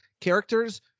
characters